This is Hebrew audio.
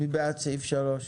מי בעד סעיף (3)?